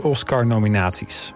Oscar-nominaties